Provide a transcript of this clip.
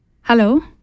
Hello